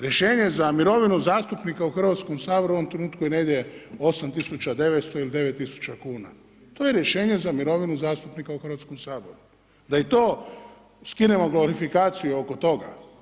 Rješenje za mirovinu zastupnika u Hrvatskom saboru u ovom trenutku je negdje 8 900 ili 9 000 kuna, to je rješenje za mirovinu zastupnika u Hrvatskom saboru, da i to skinemo glorifikaciju oko toga.